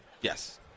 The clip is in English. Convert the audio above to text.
Yes